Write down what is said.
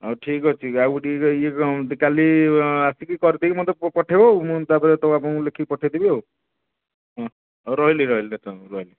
ହଉ ଠିକ୍ ଅଛି ଆଉ କାଲି ଆସିକି କରିଦେଇକି ମୋତେ ପଠାଇବ ଆଉ ମୁଁ ତା'ପରେ ଆପଣଙ୍କୁ ଲେଖିକି ପଠାଇ ଦେବି ହଁ ହଉ ରହିଲି ରହିଲି